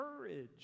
courage